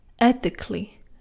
ethically